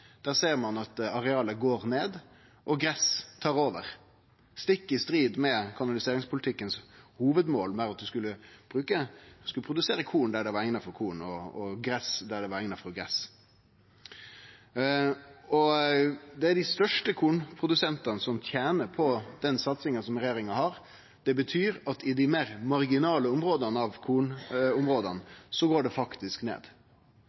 der det var eigna for korn, og gras der det var eigna for gras. Det er dei største kornprodusentane som tener på den satsinga som regjeringa har. Det betyr at i dei meir marginale områda av kornområda går det faktisk ned,